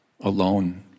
alone